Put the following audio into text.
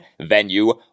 venue